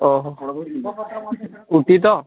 ଓଃ କୁନ୍ତୀ ତ